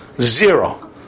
Zero